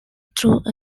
through